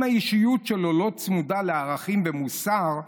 אם האישיות שלו לא צמודה לערכים ומוסר,